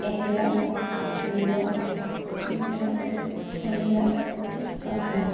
এক লাখ দুই লাখ তিনি লাখ চাৰি লাখ পাঁচ লাখ